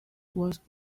was